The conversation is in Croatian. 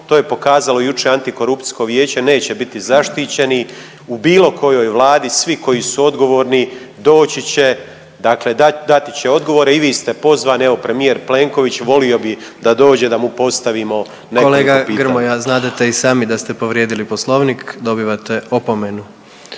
to je pokazalo jučer antikorupcijsko vijeće, neće biti zaštićeni u bilo kojoj vladi, svi koji su odgovorni doći će, dakle dati će odgovore. I vi ste pozvani, evo premijer Plenković volio bi da dođe da mu postavimo nekoliko pitanja. **Jandroković, Gordan (HDZ)** Kolega Grmoja znadete i sami da ste povrijedili Poslovnik, dobivate opomenu.